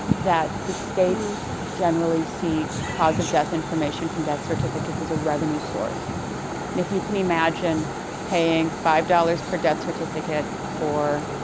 that the states generally see cause of death information from death certificates as a revenue source. and if you can imagine paying five dollars per death certificate for